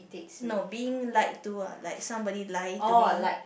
no being lied to ah like somebody lie to me